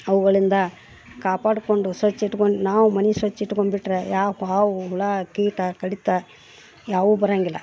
ಅವುಗಳಿಂದ ಕಾಪಾಡಿಕೊಂಡು ಸ್ವಚ್ಚ ಇಟ್ಕೊಂಡು ನಾವು ಮನೆ ಸ್ವಚ್ಚ ಇಟ್ಕೊಂಬಿಟ್ಟರೆ ಯಾವ ಪಾವೂ ಹುಳು ಕೀಟ ಕಡಿತ ಯಾವೂ ಬರೋಂಗಿಲ್ಲ